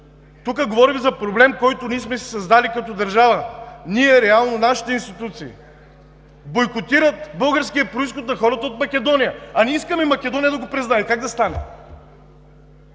Тук говорим за проблем, който ние сме си създали като държава. Ние, реално нашите институции, бойкотират българския произход на хората от Македония, а ние искаме Македония да го признае. Как да стане?